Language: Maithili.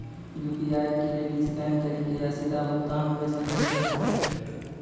यू.पी.आई के लेली स्कैन करि के या सीधा भुगतान हुये सकै छै